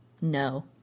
No